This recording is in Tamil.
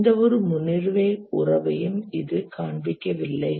எந்தவொரு முன்னுரிமை உறவையும் இது காண்பிக்கவில்லை